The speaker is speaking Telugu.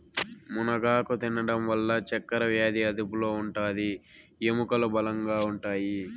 మునగాకు తినడం వల్ల చక్కరవ్యాది అదుపులో ఉంటాది, ఎముకలు బలంగా ఉంటాయి